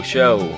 Show